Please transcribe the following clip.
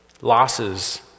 Losses